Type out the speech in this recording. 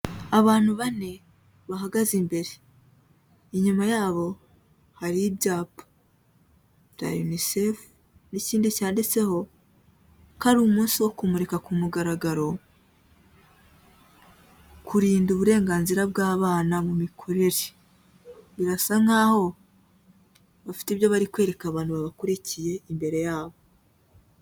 Abantu bane bahagaze imbere, inyuma yabo hari ibyapa, bya UNICEF, n'ikindi cyanditseho ko ari umunsi wo kumurika ku mugaragaro, kurinda uburenganzira bw'abana mu mikurire, birasa nkaho bafite ibyo bari kwereka abantu babakurikiye, imbere yabo.